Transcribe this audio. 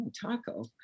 taco